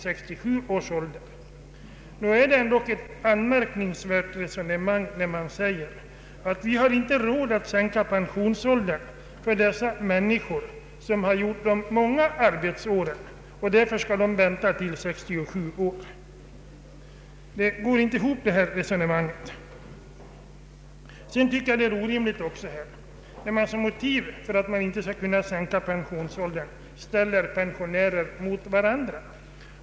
Nog är det ändå ett anmärkningsvärt resonemang att hävda att vi ej har råd att sänka pensionsåldern för de människor som fullgjort så många arbetsår, utan att just de måste vänta till 67 år. Detta resonemang går inte alls ihop. Vidare tycker jag att det är orimligt, när man som motiv för att inte sänka pensionsåldern ställer pensionärer mot varandra.